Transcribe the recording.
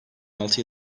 altı